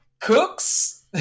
cooks